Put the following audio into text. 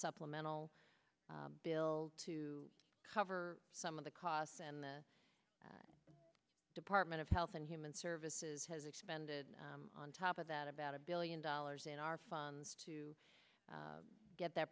supplemental bill to cover some of the costs and the department of health and human services has expanded on top of that about a billion dollars in our funds to get that